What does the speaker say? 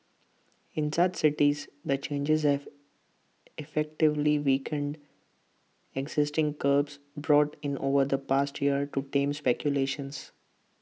in such cities the changes have effectively weakened existing curbs brought in over the past year to tame speculations